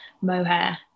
mohair